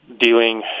dealing